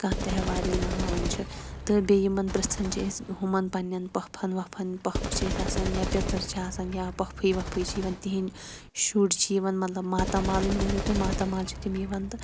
کانٛہہ تیٚہوار ییٚلہِ مَناوان چھِ تہٕ بیٚیہِ یِمَن پرژھان چھِ أسۍ ہُمَن پَننٮ۪ن پۄپھَن وۄپھَن پۄپھٕ چھِ اَسہِ آسان یا پیٚتٕر چھِ آسان یا پۄپھٕے وۄپھٕے چھِ یِوان تِہٕنٛدۍ شُرۍ چھِ یِوان مَطلَب ماتامالٕے مٲنِو تُہۍ ماتامال چھِ تِم یِوان تہٕ